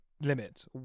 limit